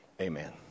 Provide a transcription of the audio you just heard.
amen